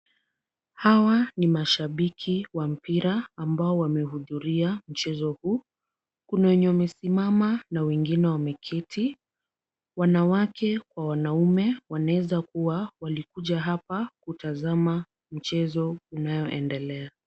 Hawa ni mashabiki wa mpira ambao wamehudhuria mchezo huu. Kuna wenye wamesimama na wengine wameketi . Wanawake kwa wanaume wanaweza kuwa walikuja hapa kutazama mchezo unayoendelea.